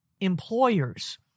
employers